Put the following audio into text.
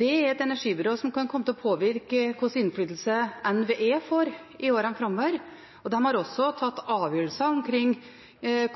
et energibyrå som kan komme til å påvirke hva slags innflytelse NVE får i årene framover, og de har også tatt avgjørelser i